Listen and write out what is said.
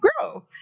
grow